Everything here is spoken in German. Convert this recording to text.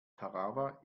tarawa